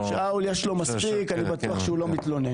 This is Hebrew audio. שאול, יש לו מספיק, אני בטוח שהוא לא מתלונן.